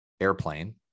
airplane